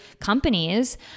companies